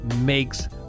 makes